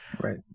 Right